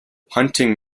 hunting